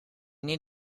need